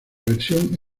versión